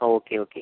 okay okay